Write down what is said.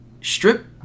strip